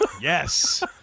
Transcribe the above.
Yes